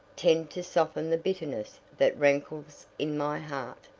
tend to soften the bitterness that rankles in my heart.